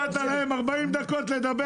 נתת להם 40 דקות לדבר,